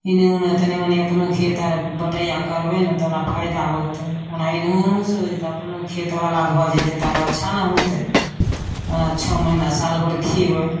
एन्ने ओन्ने तनि मनि अपनो खेत आओरमे बटैआ करबै ने तहन फाइदा हेतै ओना नहु ओनहुसँ हो जेतै आओर अपनो खेतवला भऽ जेतै तऽ आओर अच्छा ने हेतै छओ महिना सालभर खएबै